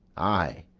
ay,